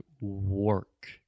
work